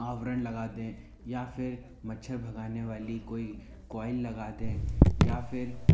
आवरण लगा दें या फिर मच्छर भगानेवाली कोई कॉइल लगा दें या फिर